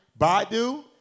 Baidu